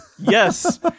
Yes